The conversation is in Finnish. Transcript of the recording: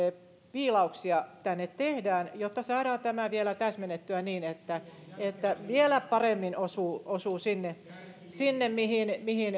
viilauksia tänne tehdään jotta saadaan tämä vielä täsmennettyä niin että että vielä paremmin osuu osuu sinne sinne mihin